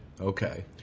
Okay